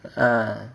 ah